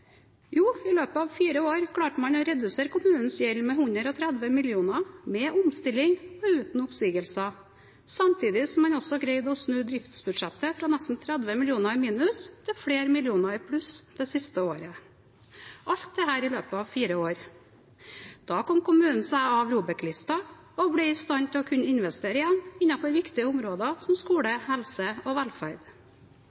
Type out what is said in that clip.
Jo, i løpet av fire år klarte man, med omstilling og uten oppsigelser, å redusere kommunens gjeld med 130 mill. kr, samtidig som man greide å snu driftsbudsjettet fra nesten 30 mill. kr i minus til flere millioner i pluss det siste året – alt dette i løpet av fire år. Da kom kommunen seg av ROBEK-lista og ble i stand til å investere igjen, innenfor viktige områder som skole,